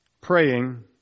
praying